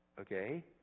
Okay